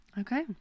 okay